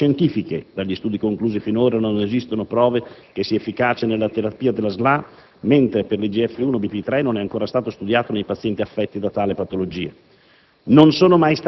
ne' da evidenze scientifiche (dagli studi conclusi finora non esistono prove che l'IGF-1 sia efficace nella terapia della SLA, mentre l'IGF-1/BP3 non è ancora stato studiato nei pazienti affetti da tale patologia);